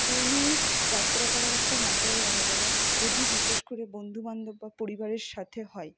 ট্রেনে যাত্রা করার একটা মজাই আলাদা যদি বিশেষ করে বন্ধুবান্ধব বা পরিবারের সাথে হয়